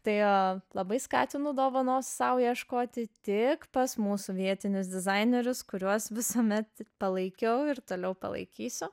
tai labai skatinu dovanos sau ieškoti tik pas mūsų vietinius dizainerius kuriuos visuomet palaikiau ir toliau palaikysiu